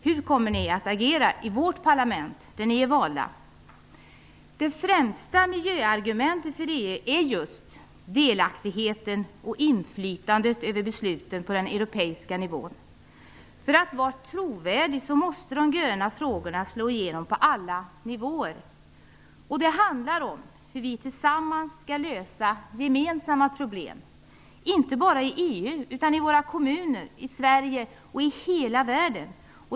Hur kommer ni att agera i vårt parlament där ni är valda? Det främsta miljöargumentet för EU är just delaktigheten och inflytandet över besluten på den europeiska nivån. För att vara trovärdiga måste de gröna frågorna slå igenom på alla nivåer. Det handlar om hur vi tillsammans skall lösa gemensamma problem, inte bara i EU utan i våra kommuner, i Sverige och i hela världen.